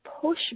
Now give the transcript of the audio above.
push